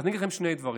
אגיד לכם שני דברים.